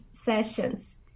sessions